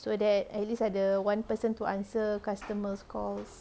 so that at least ada one person to answer customers' calls